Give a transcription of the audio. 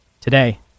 today